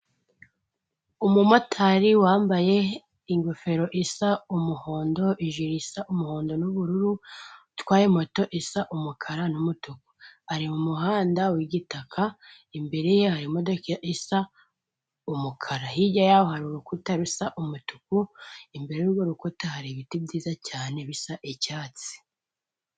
Umumotari wambaye ingofero isa umuhondo ijirisa umuhondo nu'ubururu utwaye moto isa umukara n,umutuku ari mu muhanda wigitaka imbere yayo imodoka isa umukara hirya yayo hari urukuta rusa umutuku imbere rwurukuta hari ibiti byiza cyane bisa icyatsi.